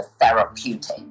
therapeutic